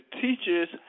teachers